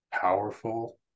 powerful